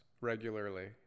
regularly